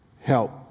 help